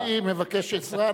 אדוני מבקש עזרה?